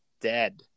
dead